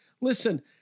listen